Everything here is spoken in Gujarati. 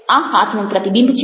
આ હાથનું પ્રતિબિંબ છે